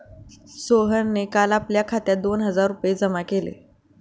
सोहनने काल आपल्या खात्यात दोन हजार रुपये जमा केले